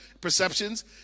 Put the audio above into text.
perceptions